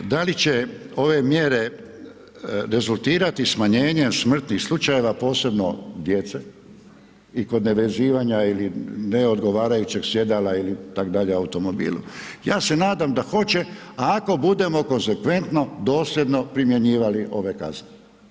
Da li će ove mjere rezultirati smanjenjem smrtnih slučajeva posebno djece i kod ne vezivanja ili ne odgovarajućeg sjedala ili tako dalje u automobilu, ja se nadam da hoće ako budemo konsekventno, dosljedno primjenjivali ove kazne.